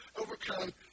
overcome